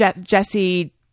Jesse